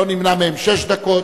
לא נמנע מהם שש דקות,